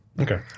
Okay